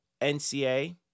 NCA